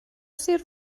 sir